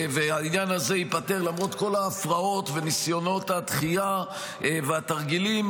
והעניין הזה ייפתר למרות כל ההפרעות וניסיונות הדחייה והתרגילים